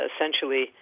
essentially